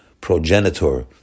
progenitor